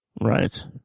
right